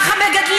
באמת?